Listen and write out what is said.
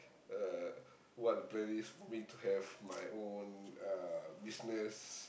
uh what the plan is for me to have my own uh business